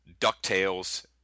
DuckTales